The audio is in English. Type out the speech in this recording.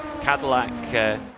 Cadillac